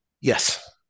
Yes